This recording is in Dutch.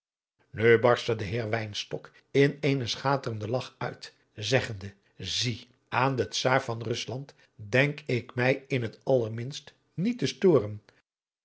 nu barstte de heer wynstok in eene schaterenden lach uit zeggende zie aan den czaar van rusland denk ik mij in het allerminst niet te storen